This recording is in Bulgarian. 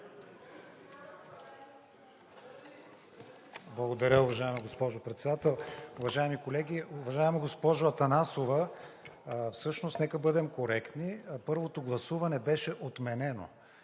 Благодаря, уважаема госпожо Председател. Уважаеми колеги! Уважаема госпожо Атанасова, всъщност нека да бъдем коректни. Първото гласуване беше отменено.